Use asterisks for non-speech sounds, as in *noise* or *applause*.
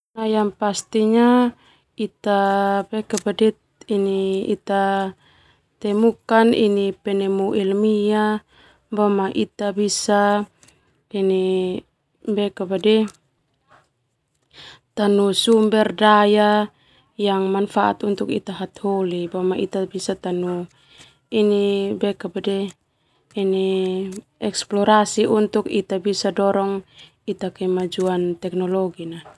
Ita *hesitation* ita temukan penemu ilmiah ita bisa tanu sumber daya yang manfaat untuk ita hataholi ita bisa tanoli.